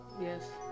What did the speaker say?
yes